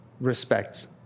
respect